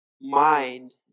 mind